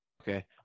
Okay